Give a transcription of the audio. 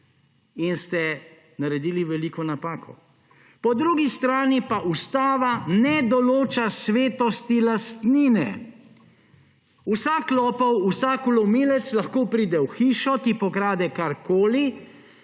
in ste naredili veliko napako. Po drugi strani pa ustava ne določa svetosti lastnine. Vsak lopov, vsak vlomilec lahko pride v hišo, ti pokrade karkoli